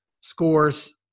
scores